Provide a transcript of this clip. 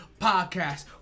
podcast